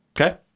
Okay